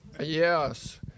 Yes